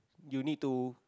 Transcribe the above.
you need to